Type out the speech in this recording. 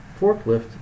Forklift